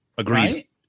Agree